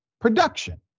production